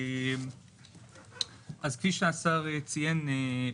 כפי שהשר ציין,